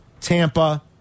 Tampa